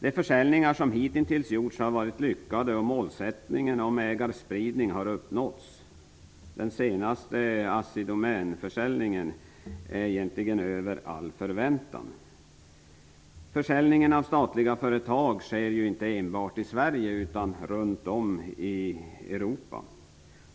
De försäljningar som hitintills har gjorts har varit lyckade. Målsättningen om ägarspridning har uppnåtts. Den senaste, Assidomänförsäljningen, är egentligen över all förväntan. Försäljningen av statliga företag sker inte enbart i Sverige utan runt om i Europa.